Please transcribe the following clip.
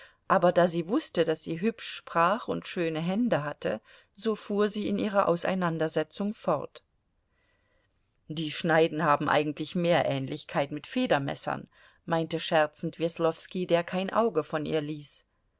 aber da sie wußte daß sie hübsch sprach und schöne hände hatte so fuhr sie in ihrer auseinandersetzung fort die schneiden haben eigentlich mehr ähnlichkeit mit federmessern meinte scherzend weslowski der kein auge von ihr ließ